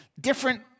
Different